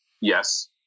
yes